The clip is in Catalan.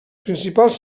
principals